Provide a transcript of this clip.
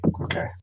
okay